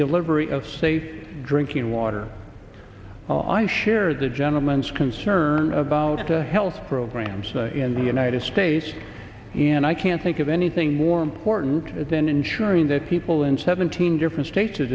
delivery of safe drinking water i share the gentleman's concern about the health programs in the united states and i can't think of anything more important than ensuring that people in seventeen different states to